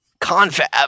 Confab